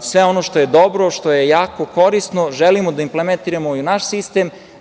sve ono što je dobro, što je jako, korisno, želimo da implementiramo i u naš sistem